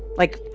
like,